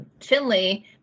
finley